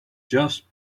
just